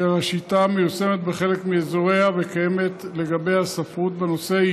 אשר מיושמת בחלק מאזוריה וקיימת עליה ספרות בנושא,